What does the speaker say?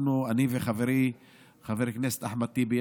אני וחברי חבר הכנסת אחמד טיבי,